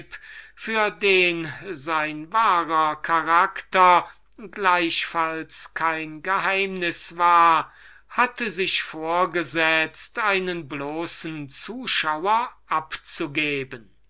für den sein wahrer charakter gleichfalls kein geheimnis war hatte sich vorgesetzt einen bloßen zuschauer abzugeben